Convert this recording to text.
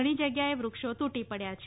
ઘણી જગ્યાએ વૃક્ષો તૂટી પડ્યાં છે